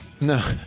No